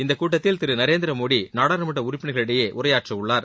இந்தக் கூட்டத்தில் திரு நரேந்திர மோடி நாடாளுமன்ற உறுப்பினர்களிடையே உரையாற்றவுள்ளார்